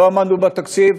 לא עמדנו בתקציב,